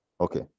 okay